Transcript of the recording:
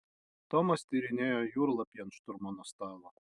tomas tyrinėjo jūrlapį ant šturmano stalo